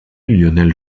lionel